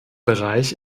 bereich